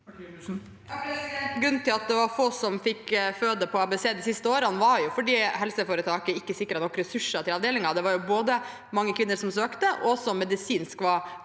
Grunnen til at det var få som fikk føde på ABC-klinikken de siste årene, var at helseforetaket ikke sikret nok ressurser til avdelingen. Det var mange kvinner som søkte og medisinsk var